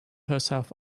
herself